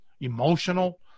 emotional